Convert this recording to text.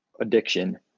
addiction